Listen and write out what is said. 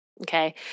Okay